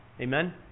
Amen